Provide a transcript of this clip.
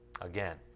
Again